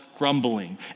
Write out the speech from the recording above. grumbling